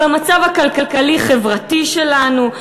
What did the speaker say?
במצב הכלכלי-חברתי שלנו,